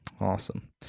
awesome